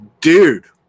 dude